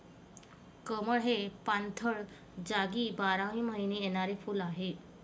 कमळ हे पाणथळ जागी बारमाही येणारे फुल आहे